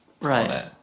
Right